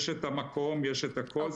יש את המקום, יש את הכול.